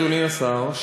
אדוני השר,